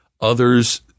Others